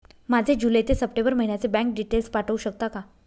माझे जुलै ते सप्टेंबर महिन्याचे बँक डिटेल्स पाठवू शकता का?